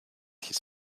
his